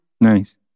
Nice